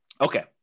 Okay